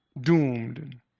doomed